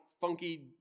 funky